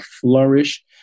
flourish